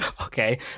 okay